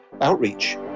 outreach